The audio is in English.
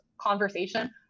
conversation